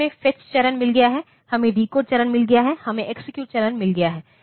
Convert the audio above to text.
तो हमें फेज चरण मिल गया है हमें डिकोड चरण मिल गया है हमें एक्सेक्यूट चरण मिल गया है